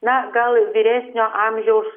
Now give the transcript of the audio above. na gal vyresnio amžiaus